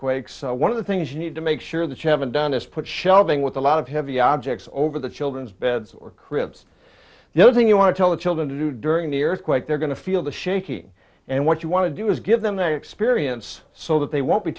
quake so one of the things you need to make sure that you haven't done is put shelving with a lot of heavy objects over the children's beds or cribs you know the thing you want to tell the children to do during the earthquake they're going to feel the shaking and what you want to do is give them their experience so that they won't be